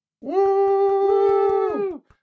Woo